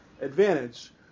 advantage